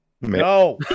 No